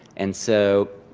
and so,